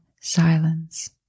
silence